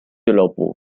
俱乐部